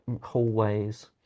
hallways